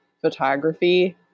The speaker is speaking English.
Photography